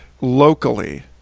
locally